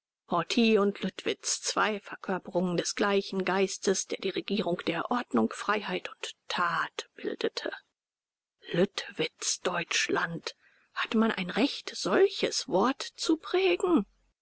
horthy und lüttwitz zwei verkörperungen des gleichen geistes der die regierung der ordnung freiheit und tat bildete lüttwitz-deutschland hat man ein recht solches wort zu prägen